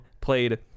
played